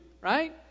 right